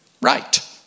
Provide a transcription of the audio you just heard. right